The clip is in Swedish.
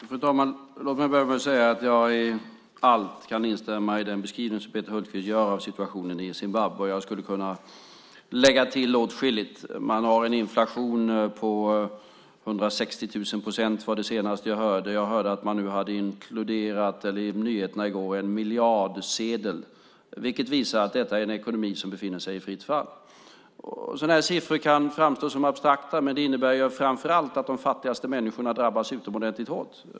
Fru talman! Låt mig börja med att säga att jag i allt kan instämma i den beskrivning som Peter Hultqvist gör av situationen i Zimbabwe. Jag skulle kunna lägga till åtskilligt. Man har en inflation på 160 000 procent, och på nyheterna i går hörde jag att man nu hade introducerat en miljardsedel, vilket visar att detta är en ekonomi som befinner sig i fritt fall. Sådana här siffror kan framstå som abstrakta, men de innebär framför allt att de fattigaste människorna drabbas utomordentligt hårt.